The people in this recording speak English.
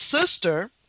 sister